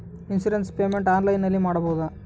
Insurance payment ಆನ್ಲೈನಿನಲ್ಲಿ ಮಾಡಬಹುದಾ?